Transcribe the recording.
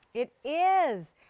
it is.